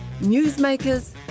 newsmakers